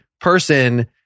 person